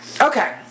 Okay